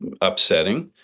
upsetting